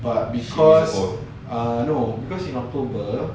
she went to work